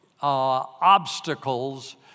obstacles